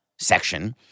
section –